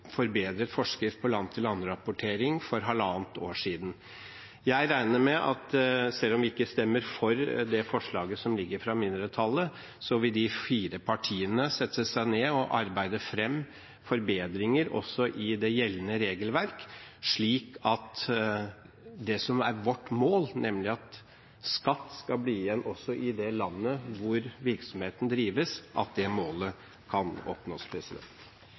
forbedret forskrift på land-for-land-rapportering for halvannet år siden. Jeg regner med, selv om vi ikke stemmer for det forslaget som ligger fra mindretallet, at de fire partiene vil sette seg ned og arbeide fram forbedringer også i det gjeldende regelverk, slik at det som er vårt mål, nemlig at skatt skal bli igjen også i det landet hvor virksomheten drives, kan oppnås.